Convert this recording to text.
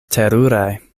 teruraj